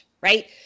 right